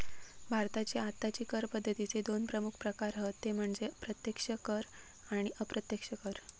भारताची आत्ताची कर पद्दतीचे दोन प्रमुख प्रकार हत ते म्हणजे प्रत्यक्ष कर आणि अप्रत्यक्ष कर